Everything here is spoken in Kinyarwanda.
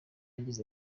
yagize